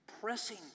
pressing